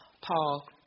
Paul